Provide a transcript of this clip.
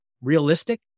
realistic